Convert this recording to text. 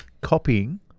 copying